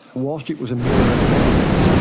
wall street was a mirror to many things.